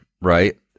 Right